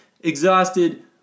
exhausted